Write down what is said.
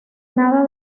nada